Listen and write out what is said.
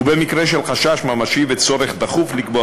ובמקרה של חשש ממשי וצורך דחוף לקבוע